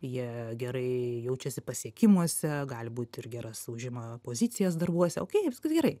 jie gerai jaučiasi pasiekimuose gali būt ir geras užima pozicijas darbuose okei viskas gerai